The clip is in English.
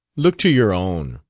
look to your own!